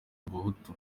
abahutu